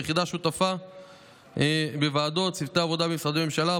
היחידה שותפה בוועדות צוותי עבודה במשרדי ממשלה,